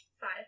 Five